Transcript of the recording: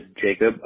Jacob